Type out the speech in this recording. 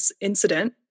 incident